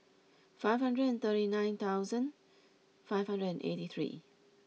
five hundred and thirty nine thousand five hundred and eighty three